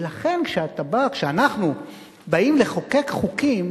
ולכן כשאנחנו באים לחוקק חוקים